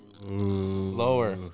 Lower